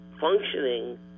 functioning